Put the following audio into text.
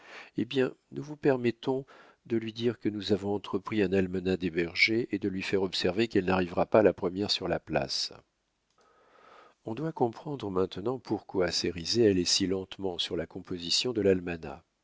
eh bien nous vous permettons de lui dire que nous avons entrepris un almanach des bergers et de lui faire observer qu'elle n'arrivera pas la première sur la place on doit comprendre maintenant pourquoi cérizet allait si lentement sur la composition de l'almanach